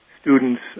students